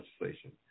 legislation